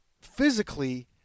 physically